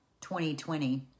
2020